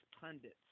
pundits